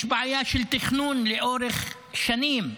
יש בעיה של תכנון לאורך שנים,